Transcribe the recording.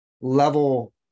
level